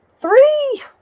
three